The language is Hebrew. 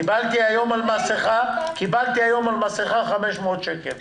קיבלתי היום על עבירת אי-חבישת מסכה קנס של 500 שקל.